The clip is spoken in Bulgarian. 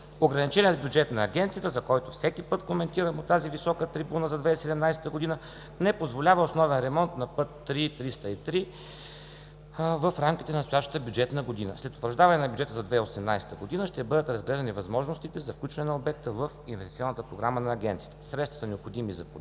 Ограниченият бюджет на Агенцията, за който всеки път коментирам от тази висока трибуна, за 2017 г. не позволява основен ремонт на път III-305 в рамките на настоящата бюджетна година. След утвърждаване на бюджета за 2018 г., ще бъдат разгледани възможностите за включване на обекта в инвестиционната програма на Агенцията. Средствата, необходими за поддържане